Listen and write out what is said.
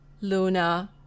Luna